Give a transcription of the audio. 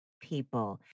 people